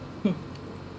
uh